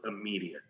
immediate